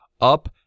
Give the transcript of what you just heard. up